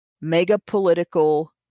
mega-political